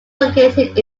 located